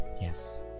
Yes